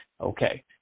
Okay